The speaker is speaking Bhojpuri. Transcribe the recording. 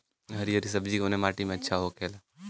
हरी हरी सब्जी कवने माटी में अच्छा होखेला?